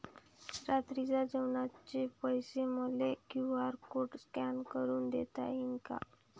रात्रीच्या जेवणाचे पैसे मले क्यू.आर कोड स्कॅन करून देता येईन का?